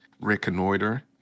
reconnoiter